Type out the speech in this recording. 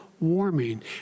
Warming